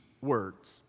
words